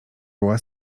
była